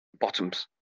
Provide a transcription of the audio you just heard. bottoms